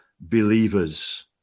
believers